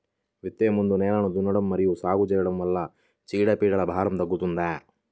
విత్తే ముందు నేలను దున్నడం మరియు సాగు చేయడం వల్ల చీడపీడల భారం తగ్గుతుందా?